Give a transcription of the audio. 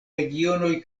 regionoj